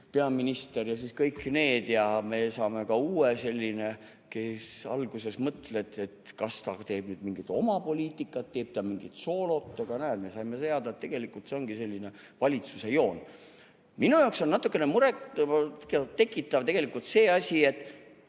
peaminister ja siis kõik need, ja me saame ka uue. Alguses mõtled, et kas ta teeb nüüd mingit oma poliitikat, teeb ta mingit soolot, aga näe, me saime teada, et tegelikult see ongi selline valitsuse joon. Minu jaoks on natuke muret tekitav tegelikult see asi, see